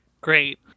Great